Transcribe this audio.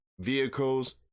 vehicles